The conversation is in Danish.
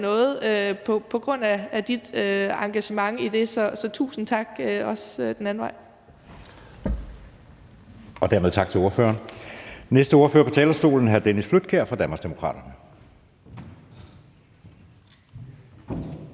noget, på grund af dit engagement i det. Så tusind tak også den anden vej. Kl. 10:49 Anden næstformand (Jeppe Søe): Dermed tak til ordføreren. Næste ordfører på talerstolen er hr. Dennis Flydtkjær fra Danmarksdemokraterne.